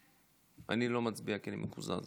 אני לא מצביע כי אני מקוזז.